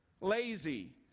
lazy